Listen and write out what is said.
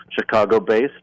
Chicago-based